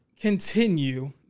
continue